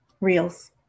Reels